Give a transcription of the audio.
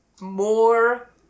more